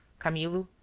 camillo,